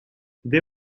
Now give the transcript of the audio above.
they